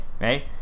right